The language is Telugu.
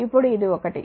ఇప్పుడు ఇది ఒకటి